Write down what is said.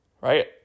Right